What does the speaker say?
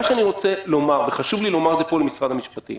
מה שאני רוצה לומר וחשוב לי לומר את זה פה למשרד המשפטים